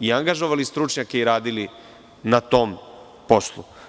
i angažovali stručnjake i radili na tom poslu.